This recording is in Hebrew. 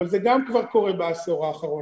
אבל זה גם כבר קורה בעשור האחרון,